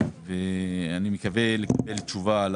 ואני מקווה לקבל תשובה.